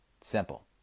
Simple